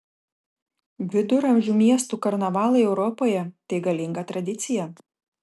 viduramžių miestų karnavalai europoje tai galinga tradicija